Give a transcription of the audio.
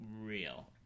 real